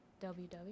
WW